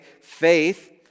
faith